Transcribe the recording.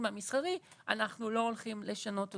המסחרי אנחנו לא הולכים לשנות אותו,